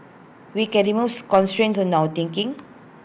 we can removes constraints on our thinking